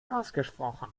ausgesprochen